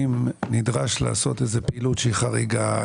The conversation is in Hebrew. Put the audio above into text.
אם נדרש לעשות איזה פעילות שהיא חריגה,